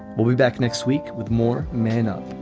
we'll be back next week with more men up